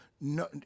no